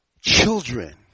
children